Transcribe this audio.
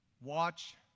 Watch